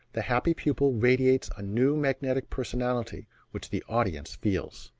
the happy pupil radiates a new magnetic personality which the audience feels